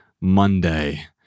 Monday